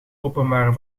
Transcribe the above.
openbare